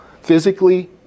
physically